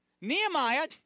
nehemiah